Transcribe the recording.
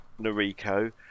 Noriko